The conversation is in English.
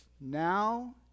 Now